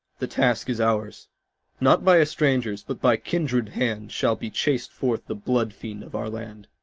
the task is ours not by a stranger's, but by kindred hand, shall be chased forth the blood-fiend of our land.